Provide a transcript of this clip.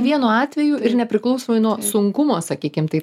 vienu atveju ir nepriklausomai nuo sunkumo sakykim tai